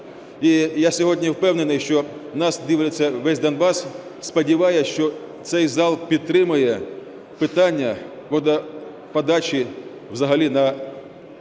І я сьогодні впевнений, що нас дивиться весь Донбас, сподіваюсь, що цей зал підтримає питання водоподачі взагалі на